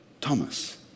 Thomas